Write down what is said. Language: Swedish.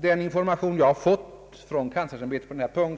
Den information jag fått från universitetskanslersämbetet